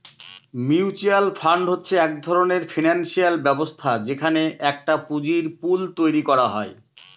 mutual fund হচ্ছে এক ধরনের ফিনান্সিয়াল ব্যবস্থা যেখানে একটা পুঁজির পুল তৈরী করা হয়